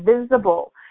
visible